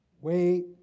wait